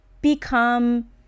become